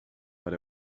but